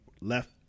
left